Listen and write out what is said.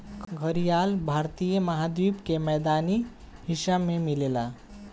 घड़ियाल भारतीय महाद्वीप के मैदानी हिस्सा में मिलेला